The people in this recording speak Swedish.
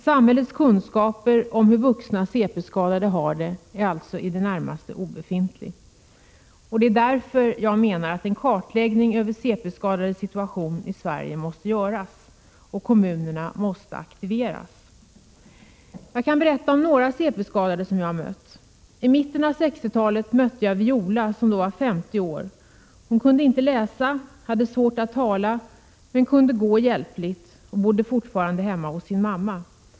Samhällets kunskaper om hur vuxna CP-skadade har det är alltså i det närmaste obefintliga. Därför menar jag att en kartläggning över CP skadades situation i Sverige måste göras. Kommunerna måste aktiveras. Jag kan berätta om några CP-skadade jag mött. I mitten av 1960-talet mötte jag Viola, som då var 50 år. Hon kunde inte läsa, hade svårt att tala men kunde gå hjälpligt. Hon bodde fortfarande hemma hos sin mamma.